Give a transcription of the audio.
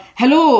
hello